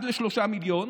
אחד לשלושה מיליון.